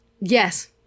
yes